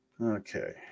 okay